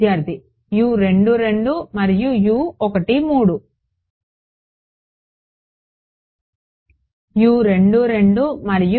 విద్యార్థి మరియు మరియు